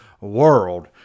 world